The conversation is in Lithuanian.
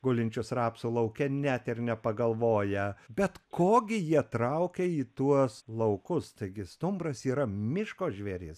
gulinčius rapsų lauke net ir nepagalvoja bet ko gi jie traukia į tuos laukus taigi stumbras yra miško žvėris